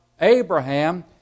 Abraham